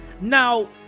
Now